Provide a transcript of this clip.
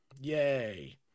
yay